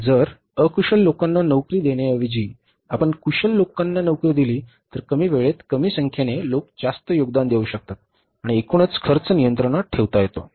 जर अकुशल लोकांना नोकरी देण्याऐवजी आपण कुशल लोकांना नोकरी दिली तर कमी वेळेत कमी संख्येने लोक जास्त योगदान देऊ शकतात आणि एकूणच खर्च नियंत्रणात ठेवता येतो